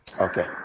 Okay